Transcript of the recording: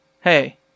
hey